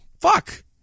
Fuck